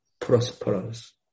prosperous